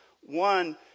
one